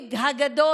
המנהיג הגדול